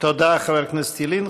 תודה, חבר הכנסת ילין.